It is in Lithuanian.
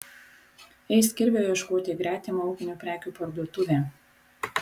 eis kirvio ieškoti į gretimą ūkinių prekių parduotuvę